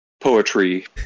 poetry